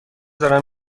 دارم